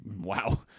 Wow